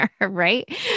Right